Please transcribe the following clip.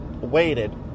waited